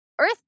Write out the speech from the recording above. Earth